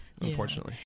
unfortunately